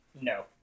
no